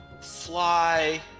fly